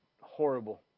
horrible